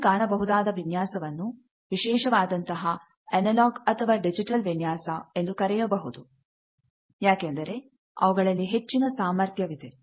ಅಲ್ಲಿ ಕಾಣಬಹುದಾದ ವಿನ್ಯಾಸವನ್ನು ವಿಶೇಷವಾದಂತಹ ಅನಲಾಗ್ ಅಥವಾ ಡಿಜಿಟಲ್ ವಿನ್ಯಾಸ ಎಂದು ಕರೆಯಬಹುದು ಯಾಕಂದರೆ ಅವುಗಳಲ್ಲಿ ಹೆಚ್ಚಿನ ಸಾಮರ್ಥ್ಯವಿದೆ